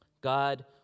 God